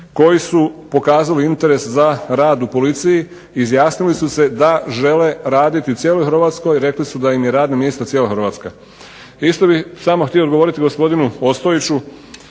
koji su pokazali interes za rad u policiji i izjasnili su se da žele raditi u cijeloj Hrvatskoj, rekli su da im je radno mjesto cijela Hrvatska. Isto bih samo htio odgovoriti gospodinu Ostojiću